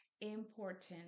important